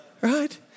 Right